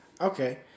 Okay